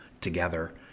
together